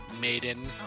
maiden